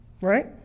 Right